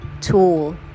tool